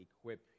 equip